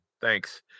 Thanks